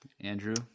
Andrew